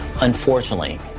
Unfortunately